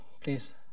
Please